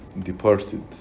departed